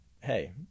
hey